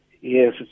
Yes